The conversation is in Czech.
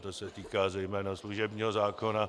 To se týká zejména služebního zákona.